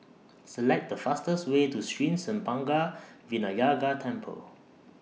Select The fastest Way to Sri Senpaga Vinayagar Temple